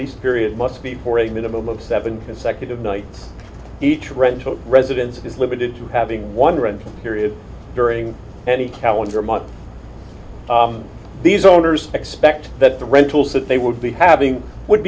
lease period must be for a minimum of seven consecutive nights each rental residence is limited to having one rental period during any calendar month these owners expect that the rentals that they would be having would